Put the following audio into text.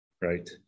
right